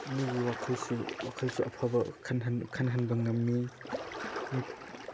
ꯃꯤꯒꯤ ꯋꯥꯈꯜꯁꯨ ꯑꯐꯕ ꯈꯜꯍꯟꯕ ꯉꯝꯃꯤ ꯃꯤ